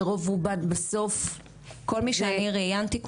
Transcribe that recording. כל מי שאני ראיינתי,